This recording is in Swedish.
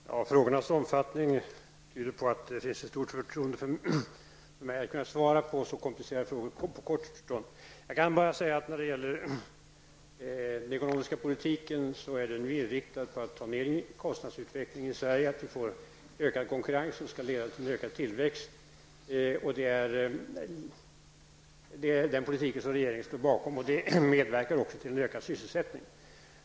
Herr talman! Frågornas omfattning tyder på att det finns ett stort förtroende för mig och en tilltro till min förmåga att på en kort stund svara på så komplicerade frågor som de som här har ställts. När det gäller den ekonomiska politiken kan jag bara säga att denna är inriktad på att få ned kostnaderna i Sverige och på att skapa en ökad konkurrens som leder till en större tillväxt. Det är den politik som regeringen står bakom, och den politiken medverkar också till en ökad sysselsättning.